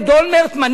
מנהיג קדימה,